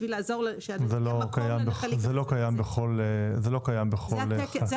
זה לא קיים בכל רשות.